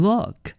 Look